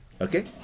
Okay